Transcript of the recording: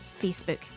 Facebook